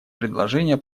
предложение